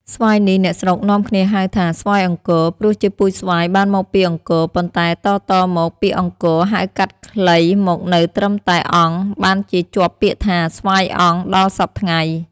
ស្វាយនេះ អ្នកស្រុកនាំគ្នាហៅថា "ស្វាយអង្គរ" ព្រោះជាពូជស្វាយបានមកពីអង្គរ ប៉ុន្តែតៗ មក ពាក្យ "អង្គរ" ហៅកាត់ខ្លីមកនៅត្រឹមតែ "អង្គ" បានជាជាប់ពាក្យថា : "ស្វាយអង្គ" ដល់សព្វថ្ងៃ ។